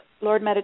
Lord